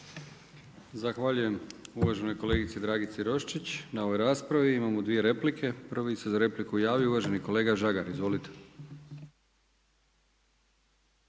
Zahvaljujem uvaženoj kolegici Dragici Roščić na ovoj raspravi. Imamo dvije replike. Prvi se za repliku javio uvaženi kolega Žagar. Izvolite.